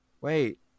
wait